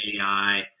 AI